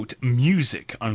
music